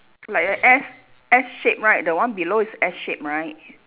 like a S S shape right the one below is S shape right